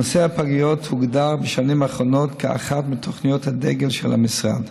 נושא הפגיות הוגדר בשנים האחרונות כאחת מתוכניות הדגל של המשרד.